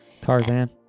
Tarzan